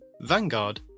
Vanguard